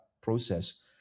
process